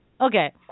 Okay